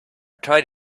tried